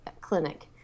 clinic